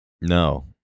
no